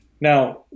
Now